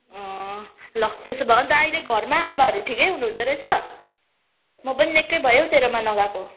अँ ल त्यसो भए अन्त अहिले घरमा आमाहरू ठिकै हुनुहुँदो रहेछ म पनि निकै भयो हौ तेरोमा नगएको